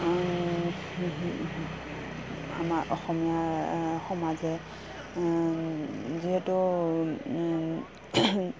আমাৰ অসমীয়াৰ সমাজে যিহেতু